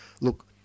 Look